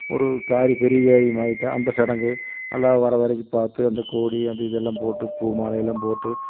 ஒரு காரி பெரிய காரியமாயிட்டா அந்த சடங்கு அது எல்லாம் வர வரைக்கு பார்த்து அந்த கோடி அது இதெல்லாம் போட்டு பூ மாலையெல்லாம் போட்டு